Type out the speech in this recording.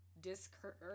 discouraged